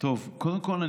קודם כול,